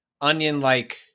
Onion-like